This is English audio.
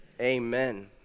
Amen